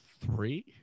Three